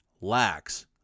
lacks